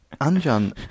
Anjan